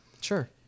Sure